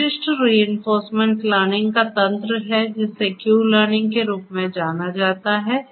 एक विशिष्ट reinforcement learning का तंत्र है जिसे क्यू लर्निंग के रूप में जाना जाता है